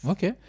Okay